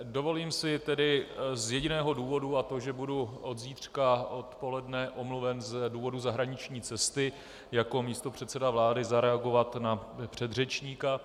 Dovolím si tedy z jediného důvodu, a to že budu od zítřka odpoledne omluven z důvodu zahraniční cesty, jako místopředseda vlády zareagovat na předřečníka.